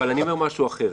אני אומר משהו אחר,